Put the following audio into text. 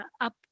up